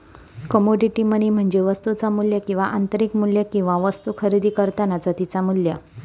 commodity money म्हणजे वस्तुचा मू्ल्य किंवा आंतरिक मू्ल्य किंवा वस्तु खरेदी करतानाचा तिचा मू्ल्य